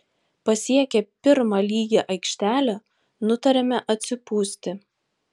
pasiekę pirmą lygią aikštelę nutarėme atsipūsti